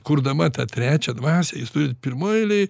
kurdama tą trečią dvasią jūs turit pirmoj eilėj